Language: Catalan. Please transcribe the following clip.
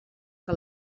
que